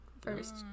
first